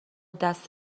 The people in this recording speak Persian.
دست